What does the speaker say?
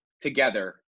together